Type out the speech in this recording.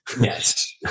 Yes